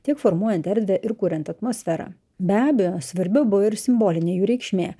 tiek formuojant erdvę ir kuriant atmosferą be abejo svarbiau buvo ir simbolinė jų reikšmė